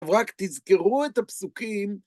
ורק תזכרו את הפסוקים.